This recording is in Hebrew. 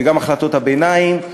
וגם החלטות הביניים,